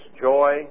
joy